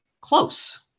close